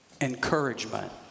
Encouragement